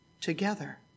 together